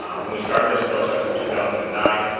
um when we started this process in two thousand and nine,